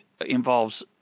involves